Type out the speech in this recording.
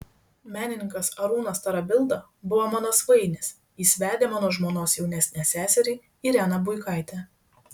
menininkas arūnas tarabilda buvo mano svainis jis vedė mano žmonos jaunesnę seserį ireną buikaitę